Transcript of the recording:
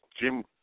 Jim